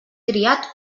triat